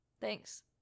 thanks